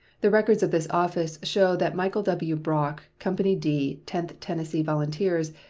the records of this office show that michael w. brock, company d, tenth tennessee volunteers,